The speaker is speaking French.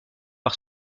par